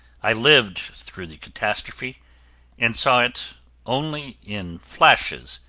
i lived through the catastrophe and saw it only in flashes,